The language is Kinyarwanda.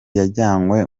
yajyanywe